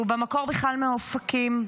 שהוא במקור בכלל מאופקים.